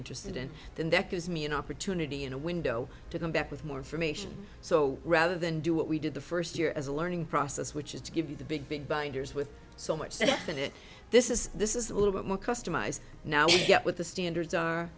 interested in the deck is me an opportunity in a window to come back with more information so rather than do what we did the first year as a learning process which is to give you the big big binders with so much in it this is this is a little bit more customized now with the standards are